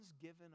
given